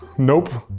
nope.